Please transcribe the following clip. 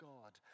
God